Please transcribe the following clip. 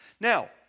Now